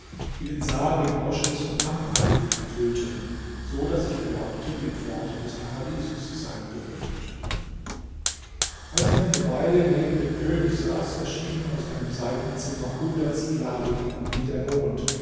die den saal mit moschus und ambraduft erfüllten so daß ich glaubte die pforten des paradieses seien geöffnet als ich eine weile neben dem könig saß erschienen aus einem seitenzimmer hundert sklavinnen wie der mond